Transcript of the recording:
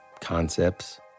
concepts